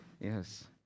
Yes